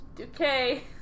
okay